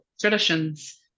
traditions